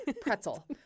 Pretzel